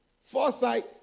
foresight